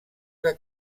que